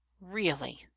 Really